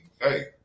hey